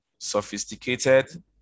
sophisticated